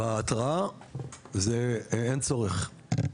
בהתראה זה אין צורך.